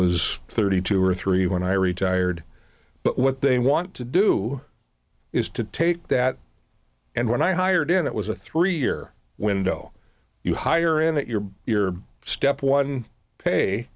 was thirty two or three when i retired but what they want to do is to take that and when i hired in it was a three year window you hire and that you're your step one pay